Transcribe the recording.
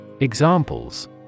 Examples